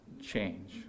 change